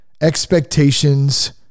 Expectations